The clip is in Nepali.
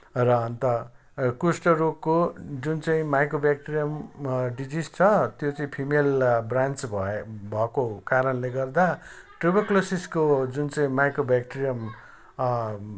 र अन्त कुष्ठरोगको जुन चाहिँ माइक्रो बैक्ट्रियम डिजिस छ त्यो चाहिँ फिमेल ब्रान्च भएको कारणले गर्दा ट्युबरक्युलोसिसको जुन चाहिँ माइक्रो बैक्ट्रियम